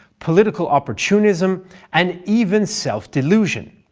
political opportunism and even self-delusion,